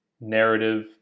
narrative